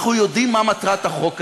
אנחנו יודעים מה מטרת החוק הזה,